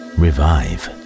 revive